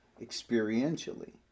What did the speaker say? experientially